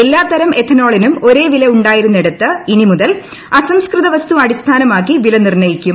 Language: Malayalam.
എല്ലാത്തരം എഥനോളിനും ഒരേ വില ഉണ്ടായിരുന്നിടത്ത്ഇനി മുതൽ അസംസ്കൃതവസ്തു അടിസ്ഥാനമാക്കി വില നിർണയിക്കും